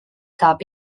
saab